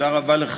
גלעד קרן ורוני,